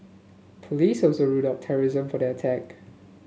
police also ruled out terrorism for that attack